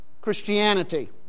Christianity